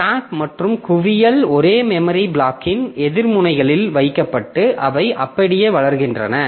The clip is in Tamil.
ஸ்டாக் மற்றும் குவியல் ஒரே மெமரி பிளாக்கின் எதிர் முனைகளில் வைக்கப்பட்டு அவை அப்படியே வளர்கின்றன